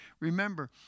Remember